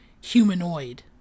humanoid